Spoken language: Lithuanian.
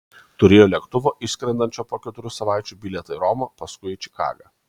turėjo lėktuvo išskrendančio po keturių savaičių bilietą į romą paskui į čikagą